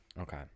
Okay